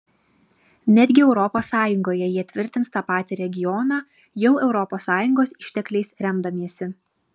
netgi europos sąjungoje jie tvirtins tą patį regioną jau europos sąjungos ištekliais remdamiesi